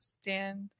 stand